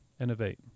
innovate